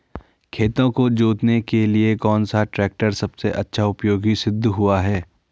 खेतों को जोतने के लिए कौन सा टैक्टर सबसे अच्छा उपयोगी सिद्ध हुआ है?